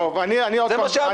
זה מה שאמרתי.